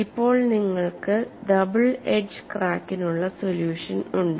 ഇപ്പോൾ നിങ്ങൾക്ക് double edge ക്രാക്കിനുള്ള സൊല്യൂഷൻ ഉണ്ട്